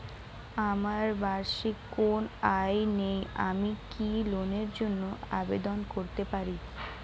আমার বার্ষিক কোন আয় নেই আমি কি লোনের জন্য আবেদন করতে পারি?